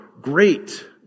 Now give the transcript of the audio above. great